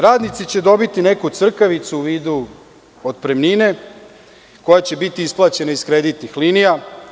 Radnici će dobiti neku crkavicu u vidu otpremnine koja će biti isplaćena iz kreditnih linija.